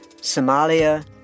Somalia